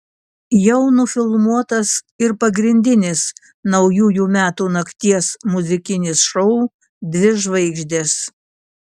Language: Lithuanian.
jau nufilmuotas ir pagrindinis naujųjų metų nakties muzikinis šou dvi žvaigždės